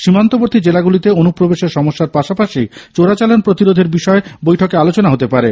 সীমান্তবর্তী জেলাগুলিতে অনুপ্রবেশের সমস্যার পাশাপাশি চোরাচালান প্রতিরোধের বিষয়ে বৈঠকে আলোচনা হতে পারে